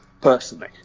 personally